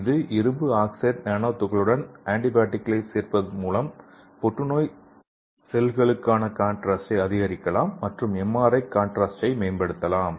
இந்த இரும்பு oxide nano துகளுடன் ஆன்டிபாடிகளைச் சேர்ப்பதன் மூலம் புற்றுநோய் செல் களுக்கான கான்ட்ராஸ்டை அதிகரிக்கலாம் மற்றும் எம்ஆர்ஐ கான்ட்ராஸ்டை மேம்படுத்தலாம்